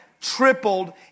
tripled